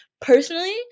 personally